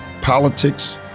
politics